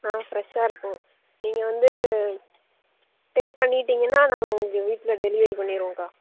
ஆ ஃப்ரெஷ்ஷாக இருக்கும் நீங்கள் வந்து பே பண்ணிட்டீங்கன்னால் நாங்கள் உங்கள் வீட்டில் டெலிவெரி பண்ணிடுவோங்க்கா